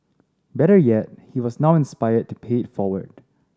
better yet he was now inspired to pay it forward